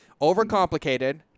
Overcomplicated